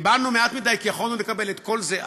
קיבלנו מעט מדי כי יכולנו לקבל את כל זה אז.